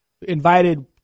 invited